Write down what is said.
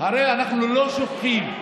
הרי אנחנו לא שוכחים.